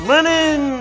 Lennon